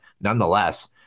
nonetheless